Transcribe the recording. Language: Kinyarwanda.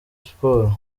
sports